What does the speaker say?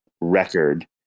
record